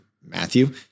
Matthew